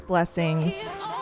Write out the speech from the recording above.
blessings